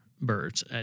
birds